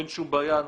אין שום בעיה,